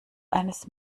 eines